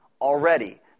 already